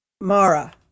Mara